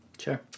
Sure